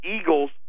Eagles